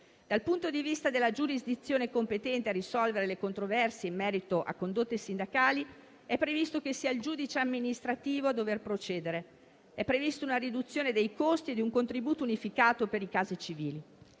Dal punto di vista della giurisdizione competente a risolvere le controversie in merito a condotte sindacali, è previsto che sia il giudice amministrativo a dover procedere. È prevista una riduzione dei costi e un contributo unificato per i casi civili.